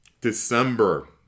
December